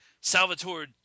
Salvatore